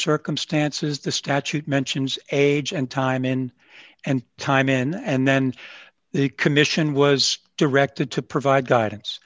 circumstances the statute mentions age and time in and time in and then the commission was directed to provide guidance